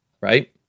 right